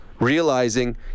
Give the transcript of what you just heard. realizing